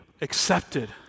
accepted